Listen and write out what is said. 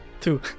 Two